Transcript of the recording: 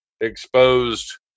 exposed